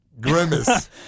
Grimace